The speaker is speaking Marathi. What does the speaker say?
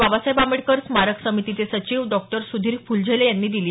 बाबासाहेब आंबेडकर स्मारक समितीचे सचिव डॉ सुधीर फुलझेले यांनी दिली